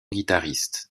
guitariste